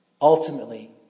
ultimately